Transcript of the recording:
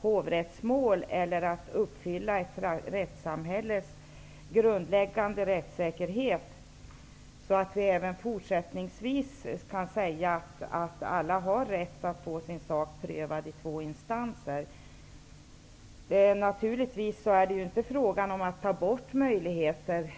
hovrättsmål, eller är det att uppfylla ett rättssamhälles krav på grundläggande rättssäkerhet, så att vi även fortsättningsvis kan garantera alla rätten att få sin sak prövad i två instanser? Britta Bjelle påpekade att det givetvis inte är fråga om att ta bort möjligheter.